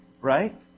Right